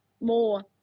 more